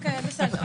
בסדר.